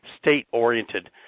state-oriented